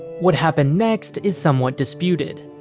what happened next is somewhat disputed.